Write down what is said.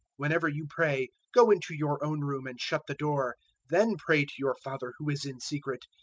whenever you pray, go into your own room and shut the door then pray to your father who is in secret,